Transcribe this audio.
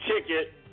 ticket